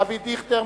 אבי דיכטר,